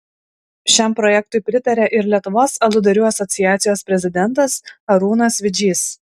šiam projektui pritaria ir lietuvos aludarių asociacijos prezidentas arūnas vidžys